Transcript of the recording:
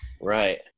Right